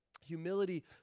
Humility